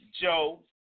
Joe